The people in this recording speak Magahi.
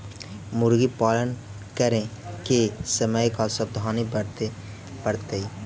मुर्गी पालन करे के समय का सावधानी वर्तें पड़तई?